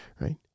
right